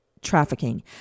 Trafficking